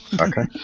Okay